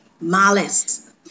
malice